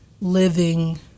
living